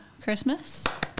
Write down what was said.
Christmas